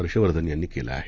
हर्षवर्धन यांनी केलं आहे